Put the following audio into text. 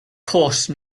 course